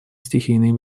стихийные